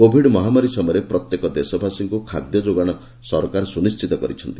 Covid ମହାମାରୀ ସମୟରେ ପ୍ରତ୍ୟେକ ଦେଶବାସୀଙ୍କୁ ଖାଦ୍ୟ ଯୋଗାଣ ସରକାର ସୁନିଶ୍ଚିତ କରିଛନ୍ତି